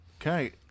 Okay